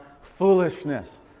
foolishness